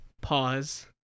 pause